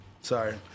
Sorry